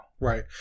Right